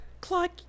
Clark